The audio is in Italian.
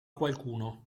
qualcuno